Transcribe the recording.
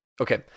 Okay